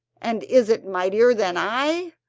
and is it mightier than i?